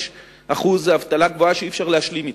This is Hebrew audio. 7.6% זו אבטלה גבוהה שאי-אפשר להשלים אתה.